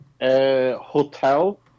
Hotel